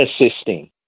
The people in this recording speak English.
assisting